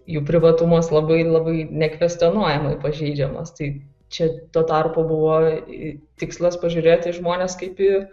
jų privatumas labai labai nekvestionuojamai pažeidžiamas tai čia tuo tarpu buvo tikslas pažiūrėt žmones kaip į